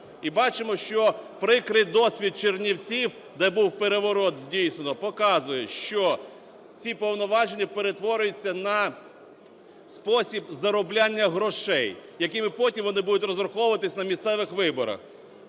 І бачимо, що прикрий досвід Чернівців, де був переворот здійснено, показує, що ці повноваження перетворюються на спосіб заробляння грошей, якими потім вони будуть розраховуватися на місцевих виборах.